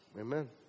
Amen